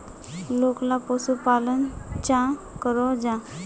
लोकला पशुपालन चाँ करो जाहा?